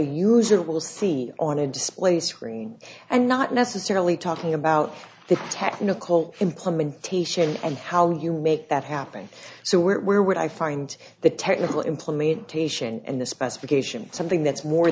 will see on a display screen and not necessarily talking about the technical implementation and how you make that happen so where would i find the technical implementation and the specification something that's more